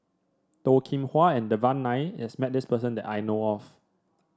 Toh Kim Hwa and Devan Nair is met this person that I know of